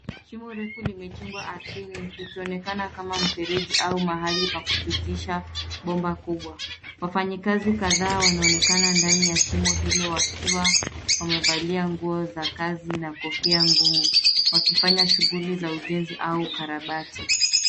Shimo kubwa limechimbwa ardhini likionekana kama mfereji au mahali pa kupitisha bomba kubwa. Wafanyikazi kadhaa wanaonekana ndani ya shimo hilo wakiwa wamevalia nguo za kazi na kofia ngumu wakifanya shughuli za ujenzi au ukarabati.